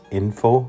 info